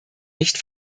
nicht